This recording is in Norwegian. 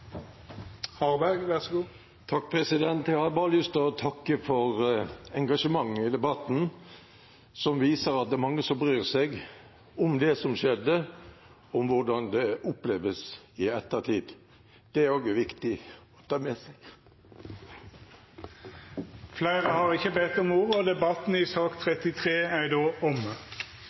Jeg har bare lyst til å takke for engasjementet i debatten. Det viser at det er mange som bryr seg om det som skjedde, og om hvordan det opplevdes i ettertid. Det også er viktig. Fleire har ikkje bedt om ordet til sak nr. 33. Etter ønske frå justiskomiteen vil presidenten ordna debatten